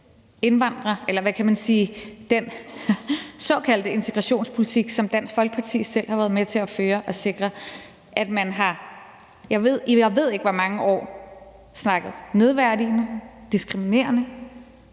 opstår på grund af den såkaldte integrationspolitik, som Dansk Folkeparti selv har været med til at føre og sikre, at man i, jeg ved ikke hvor mange år har snakket nedværdigende og diskriminerende